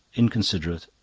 inconsiderate,